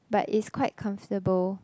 but it's quite comfortable